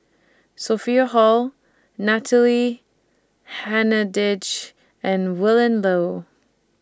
Sophia Hull Natalie Hennedige and Willin Low